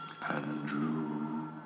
Andrew